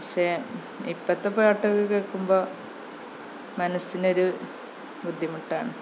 പക്ഷെ ഇപ്പോഴത്തെ പാട്ടുകള് കേള്ക്കുമ്പോള് മനസ്സിനൊരു ബുദ്ധിമുട്ടാണ്